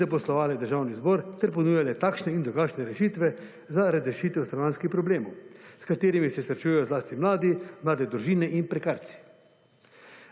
in zaposlovale Državni zbor, ter ponujale takšne in drugačne rešitve za razrešitev stanovanjskih problemov, s katerimi se srečujejo zlasti mladi, mladi družine in prekarci.